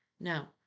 Now